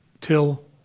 Till